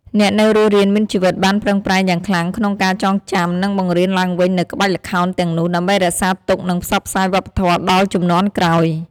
អ្នកនៅរស់រានមានជីវិតបានប្រឹងប្រែងយ៉ាងខ្លាំងក្នុងការចងចាំ និងបង្រៀនឡើងវិញនូវក្បាច់ល្ខោនទាំងនោះ ដើម្បីរក្សាទុក និងផ្សព្វផ្សាយវប្បធម៌ដល់ជំនាន់ក្រោយ។